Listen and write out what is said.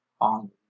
on